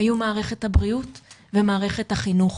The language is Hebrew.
היו מערכת הבריאות ומערכת החינוך